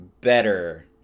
better